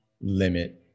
limit